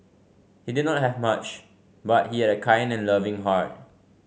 he did not have much but he had a kind and loving heart